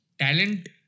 talent